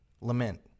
lament